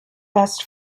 best